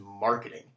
marketing